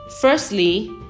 firstly